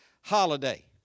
holiday